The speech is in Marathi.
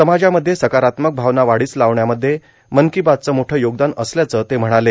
समाजामध्ये सकारात्मक भावना वाढोस लावण्यामध्ये मन कों बातचं मोठं योगदान असल्याचं ते म्हणाले